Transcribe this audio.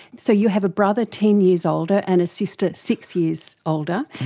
so you have a brother ten years older and a sister six years older.